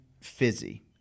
Fizzy